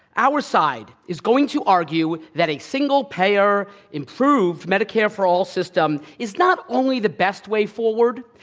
our side is going to argue that a single-payer improved medicare for all system is not only the best way forward,